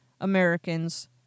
Americans